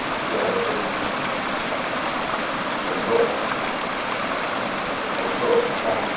Çíã çiáã raâ tsùâ ñínâ, tóå loè, tóå loè kounã,